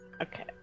Okay